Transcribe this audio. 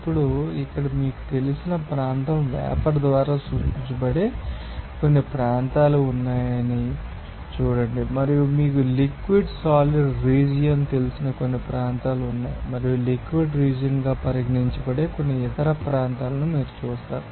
ఇప్పుడు ఇక్కడ మీకు తెలిసిన ప్రాంతం వేపర్ ద్వారా సూచించబడే కొన్ని ప్రాంతాలు ఉన్నాయని చూడండి మరియు మీకు లిక్విడ్ సాలిడ్ రీజియన్ తెలిసిన కొన్ని ప్రాంతాలు ఉన్నాయి మరియు లిక్విడ్ రీజియన్గా పరిగణించబడే కొన్ని ఇతర ప్రాంతాలను మీరు చూస్తారు